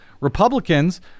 Republicans